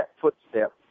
footstep